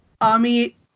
Ami